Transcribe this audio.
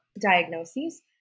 diagnoses